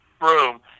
room